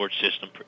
system